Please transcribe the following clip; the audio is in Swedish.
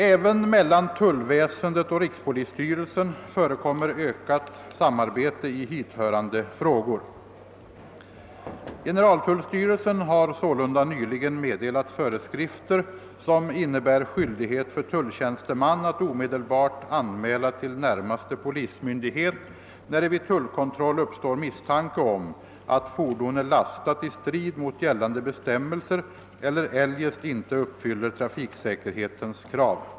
Även mellan tullväsendet och rikspolisstyrelsen förekommer =<ökat samarbete i hithörande frågor. Generaltullstyrelsen har sålunda nyligen meddelat föreskrifter, som innebär skyldighet för tulltjänsteman att omedelbart anmäla till närmaste polismyndighet när det vid tullkontroll uppstår misstanke om att fordon är lastat i strid mot gällande bestämmelser eller eljest inte uppfyller trafiksäkerhetens krav.